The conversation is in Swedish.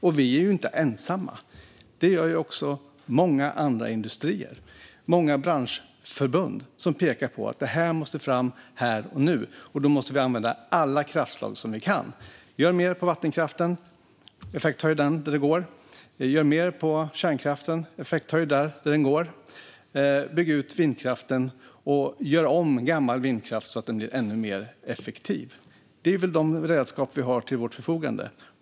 Och vi är inte ensamma. Även många industrier och branschförbund pekar på att detta måste fram här och nu, och då måste vi använda alla kraftslag vi kan använda. Gör mer med vattenkraften, och effekthöj där det går. Gör mer med kärnkraften, och effekthöj där det går. Bygg ut vindkraften, och gör om gammal vindkraft så den blir ännu mer effektiv. Det är väl de redskap vi har till vårt förfogande.